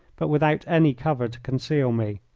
but without any cover to conceal me.